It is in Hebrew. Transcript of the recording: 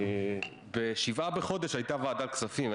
ב-7 בחודש הייתה ועדת הכספים,